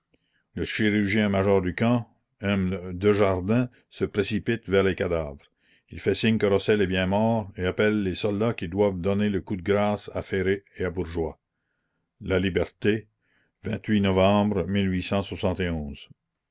le chirurgien-major du camp m dejardin se précipite vers les cadavres il fait signe que rossel est bien mort et appelle les soldats qui doivent donner le coup de grâce à ferré et à ourgeois a iberté novembre